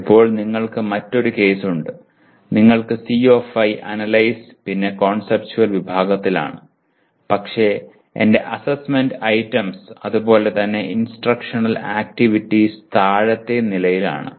ഇപ്പോൾ നിങ്ങൾക്ക് മറ്റൊരു കേസ് ഉണ്ട് നിങ്ങൾക്ക് CO5 അനലൈസ് പിന്നെ കോൺസെപ്റ്റുവൽ വിഭാഗത്തിലാണ് പക്ഷേ എന്റെ അസ്സെസ്സ്മെന്റ് ഐറ്റംസ് അതുപോലെ തന്നെ ഇൻസ്ട്രക്ഷണൽ ആക്ടിവിറ്റീസ് താഴത്തെ നിലയിൽ ആണ്